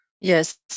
Yes